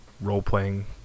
role-playing